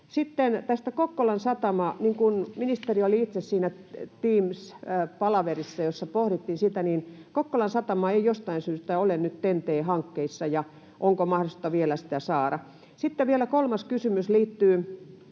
Sitten tästä Kokkolan satamasta. Ministeri oli itse siinä Teams-palaverissa, jossa pohdittiin sitä, ja Kokkolan satama ei jostain syystä ole nyt TEN-T-hankkeissa. Onko mahdollisuutta vielä sitä saada? Sitten vielä kolmas kysymys, liittyy